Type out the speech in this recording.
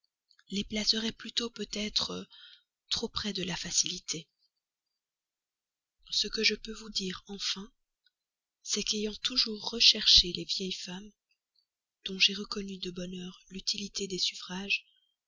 les placeraient plutôt peut-être trop près de la facilité ce que je peux vous dire enfin c'est qu'ayant toujours recherché les vieilles femmes dont j'ai reconnu de bonne heure l'utilité des suffrages